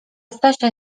stasia